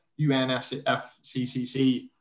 UNFCCC